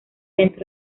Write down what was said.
dentro